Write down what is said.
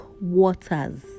waters